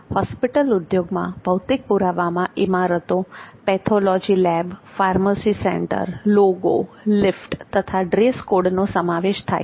hospital ઉદ્યોગમાં ભૌતિક પુરાવામાં ઇમારતો pathology lab pharmacy centre logo lift તથા ડ્રેસ કોડનો સમાવેશ થાય છે